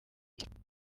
yishyura